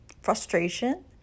frustration